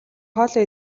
хоолоо